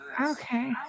Okay